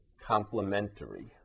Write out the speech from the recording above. complementary